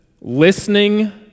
listening